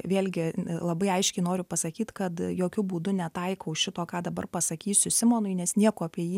vėlgi labai aiškiai noriu pasakyt kad jokiu būdu netaikau šito ką dabar pasakysiu simonui nes nieko apie jį